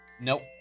Nope